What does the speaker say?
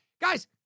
Guys